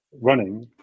running